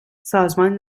سازمان